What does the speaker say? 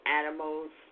animals